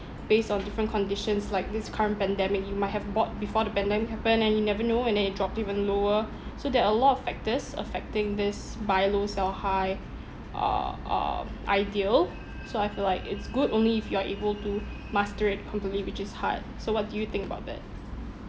based on different conditions like this current pandemic you might have bought before the pandemic happened and you never know and then it dropped even lower so there are a lot of factors affecting this buy low sell high uh um ideal so I feel like it's good only if you are able to master it completely which is hard so what do you think about that